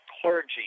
clergy